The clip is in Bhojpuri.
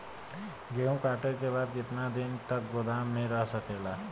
गेहूँ कांटे के बाद कितना दिन तक गोदाम में रह सकेला?